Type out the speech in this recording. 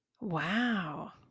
Wow